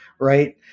right